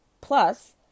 Plus